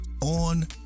on